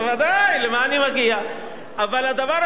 אבל הדבר הכי מרתק קורה היום.